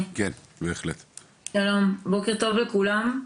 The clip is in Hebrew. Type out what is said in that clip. שלום, בוקר טוב לכולם.